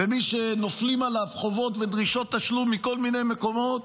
ומי שנופלים עליו חובות ודרישות תשלום מכל מיני מקומות,